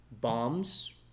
bombs